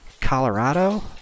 Colorado